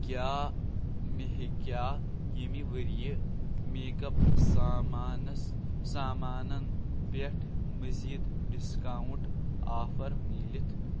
کیٛاہ مےٚ ہیٚکیٛاہ یمہِ ؤرۍ یہِ میکَ اپ سامانَس سامانن پٮ۪ٹھ مزید ڈسکاونٛٹ آفر مِلِتھ